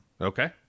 Okay